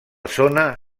zona